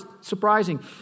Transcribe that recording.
Surprising